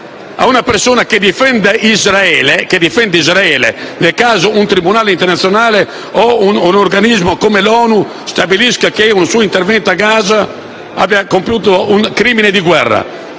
carcere per chi difende Israele nel caso in cui un tribunale internazionale o un organismo come l'ONU stabilisca che, con un suo intervento a Gaza, Israele abbia compiuto un crimine di guerra.